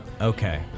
Okay